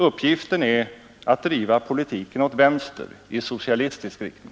Uppgiften är att driva politiken åt vänster, i socialistisk riktning.